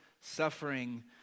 suffering